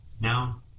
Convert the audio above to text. Now